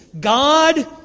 God